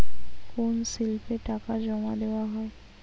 কোন স্লিপে টাকা জমাদেওয়া হয়?